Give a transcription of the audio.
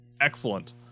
excellent